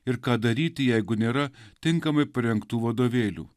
ir ką daryti jeigu nėra tinkamai parengtų vadovėlių